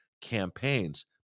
campaigns